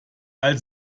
als